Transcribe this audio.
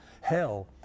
Hell